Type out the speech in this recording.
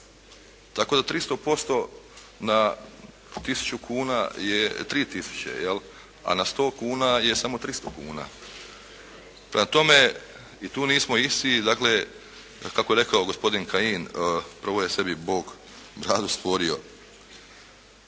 tako da 300% na tisuću kuna je 3 tisuće jel', a na 100 kuna je samo 300 kuna. Prema tome, i tu nismo isti. Dakle, kako je rekao gospodin Kajin, prvo je sebi Bog bradu stvorio.